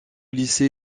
lycée